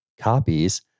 copies